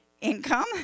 income